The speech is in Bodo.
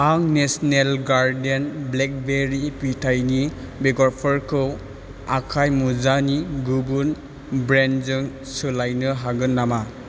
आं नेशनेल गारडेन ब्लेकबेरि फिथाइनि बेगरफोरखौ आखाय मुजानि गुबुन ब्रेन्डजों सोलायनो हागोन नामा